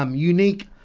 um unique